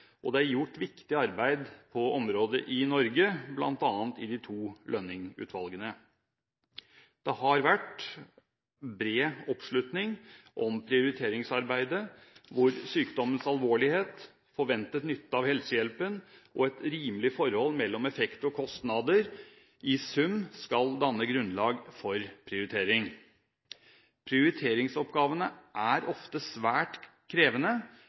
og det er gjort viktig arbeid på området i Norge, bl.a. i de to Lønning-utvalgene. Det har vært bred oppslutning om prioriteringsarbeidet, hvor sykdommens alvorlighet, forventet nytte av helsehjelpen og et rimelig forhold mellom effekt og kostnader i sum skal danne grunnlag for prioritering. Prioriteringsoppgavene er ofte svært krevende,